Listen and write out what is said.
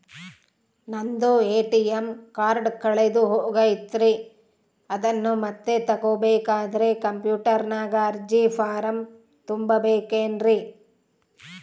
ನಂದು ATM card ಕಳೆದು ಹೋಗೈತ್ರಿ ಅದನ್ನು ಮತ್ತೆ ತಗೋಬೇಕಾದರೆ ಕಂಪ್ಯೂಟರ್ ನಾಗ ಅರ್ಜಿ ಫಾರಂ ತುಂಬಬೇಕನ್ರಿ?